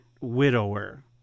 widower